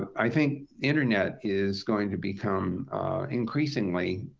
i think internet is going to become increasingly